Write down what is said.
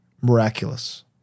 Miraculous